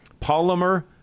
polymer